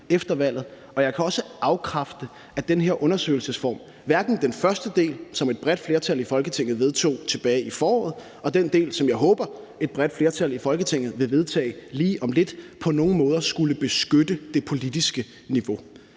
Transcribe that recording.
jeg kan også afkræfte, at den her undersøgelsesform, hverken den første del, som et bredt flertal i Folketinget vedtog tilbage i foråret, eller den del, som jeg håber et bredt flertal i Folketinget vil vedtage lige om lidt, på nogen måder skulle beskytte det politiske niveau.